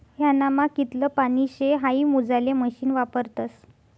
ह्यानामा कितलं पानी शे हाई मोजाले मशीन वापरतस